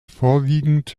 vorwiegend